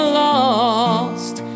lost